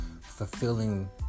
fulfilling